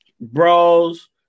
brawls